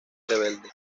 rebelde